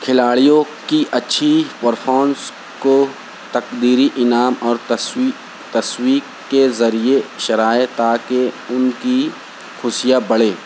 کھلاڑیوں کی اچھی فرفامس کو تقدیری انعام اور تثویق تثویق کے ذریعے شرائے تا کہ ان کی خوشیاں بڑھے